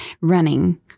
running